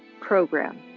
program